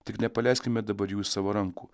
tik nepaleiskime dabar jų iš savo rankų